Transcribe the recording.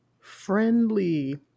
friendly